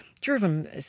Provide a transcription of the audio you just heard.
driven